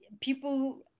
people